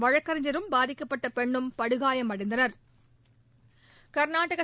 வழக்கறிஞரும் பாதிக்கப்பட்ட பெண்ணும் படுகாயமடைந்தனா்